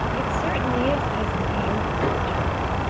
it certainly is, cousin peter, cried jumper.